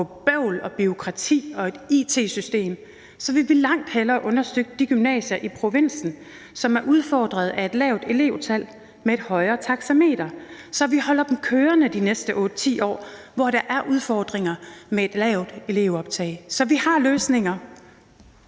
bøvl og bureaukrati og et it-system langt hellere vil understøtte de gymnasier i provinsen, som er udfordret af et lavt elevtal, med et højere taxametertilskud, så vi holder dem kørende de næste 8-10 år, hvor der er udfordringer med et lavt elevoptag. Så vi har løsninger.